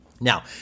Now